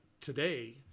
today